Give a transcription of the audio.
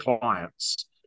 clients